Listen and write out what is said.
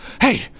Hey